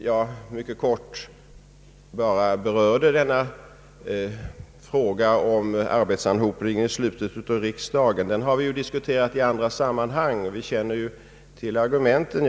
Jag berörde kanske frågan om arbetsanhopningen i slutet av vårriksdagen mycket kort, men vi har ju diskuterat den i andra sammanhang och känner till argumenten.